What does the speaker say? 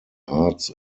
arts